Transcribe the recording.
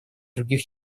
других